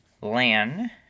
Lan